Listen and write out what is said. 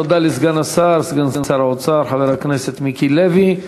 תודה לסגן שר האוצר חבר הכנסת מיקי לוי.